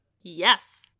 Yes